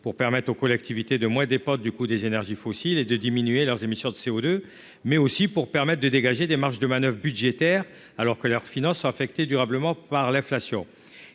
pour permettre aux collectivités de moi des potes du coût des énergies fossiles et de diminuer leurs émissions de CO2, mais aussi pour permettre de dégager des marges de manoeuvre budgétaires alors que leurs finances affecté durablement par l'inflation,